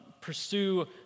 pursue